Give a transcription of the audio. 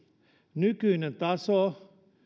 nykyinen taso